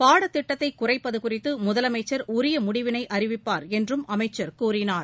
பாடத்திட்டத்தைகுறைப்பதுகுறித்து முதலமைச்சர் உரியமுடிவினைஅறிவிப்பார் என்றும் அமைச்சர் கூறினார்